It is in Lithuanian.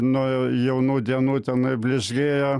nuo jaunų dienų tenai blizgėjo